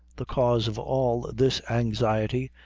the cause of all this anxiety,